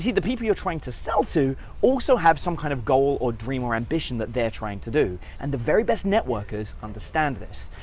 the people you're trying to sell to, also have some kind of goal or dream or ambition that they're trying to do, and the very best networker's understand this.